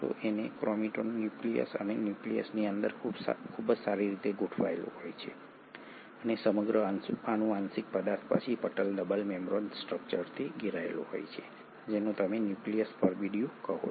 અને આ chromatin nucleus અને ન્યુક્લિયસની અંદર ખૂબ જ સારી રીતે ગોઠવાયેલું હોય છે અને સમગ્ર આનુવંશિક પદાર્થ પછી પટલ ડબલ મેમ્બ્રેન સ્ટ્રક્ચરથી ઘેરાયેલો હોય છે જેને તમે ન્યુક્લિયર પરબિડીયું કહો છો